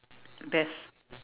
best